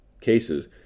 cases